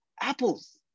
apples